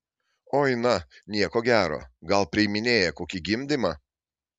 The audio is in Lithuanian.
oi na nieko gero gal priiminėja kokį gimdymą